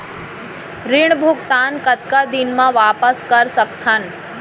ऋण भुगतान कतका दिन म वापस कर सकथन?